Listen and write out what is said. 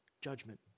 judgment